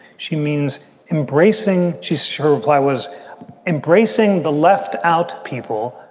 she means embracing. she's her reply was embracing the left out people,